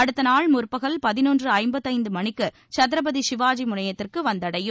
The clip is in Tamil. அடுத்த நாள் முற்பகல் பதினொன்று ஐம்பத்தைந்து மணிக்கு சத்ரபதி சிவாஜி முனையத்தை வந்தடையும்